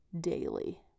daily